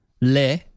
Le